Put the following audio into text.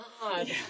god